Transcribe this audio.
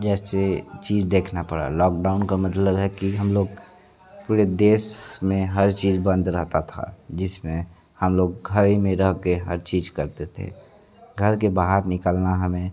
जैसे चीज़ देखना पड़ा लॉकडाउन का मतलब है कि हम लोग पूरे देश में हर चीज़ बंद रहता था जिसमें हम लोग घर ही में रह के हर चीज़ करते थे घर के बाहर निकलना हमें